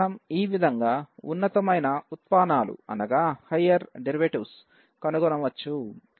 మనం ఈ విధంగా ఉన్నతమైన ఉత్పానాలు కనుగొనచ్చు